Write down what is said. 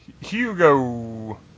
Hugo